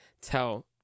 tell